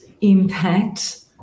impact